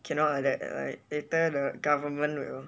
cannot like that like later the government will